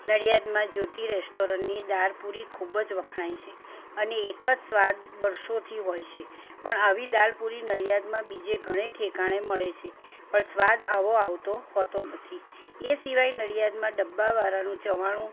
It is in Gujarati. નડીયાદમાં જ્યોતિ રેસ્ટોરન્ટની દાળ પૂરી ખૂબ જ વખણાય છે અને એક જ સ્વાદ વર્ષોથી હોય છે પણ આવી દાળ પૂરી નડીયાદમાં બીજે ઘણે ઠેકાણે મળે છે પણ સ્વાદ આવો આવતો હોતો નથી એ સિવાય નડીયાદમાં ડબ્બાવાળાનું ચવાણું